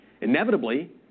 inevitably